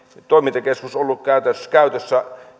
toimintakeskus ollut käytössä